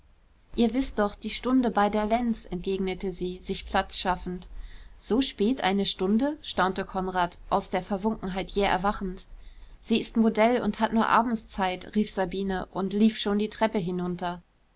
ihr wißt doch die stunde bei der lenz entgegnete sie sich platz schaffend so spät eine stunde staunte konrad aus der versunkenheit jäh erwachend sie ist modell und hat nur abends zeit rief sabine und lief schon die treppe hinunter